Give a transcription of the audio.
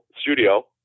studio